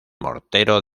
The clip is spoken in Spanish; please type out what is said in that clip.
mortero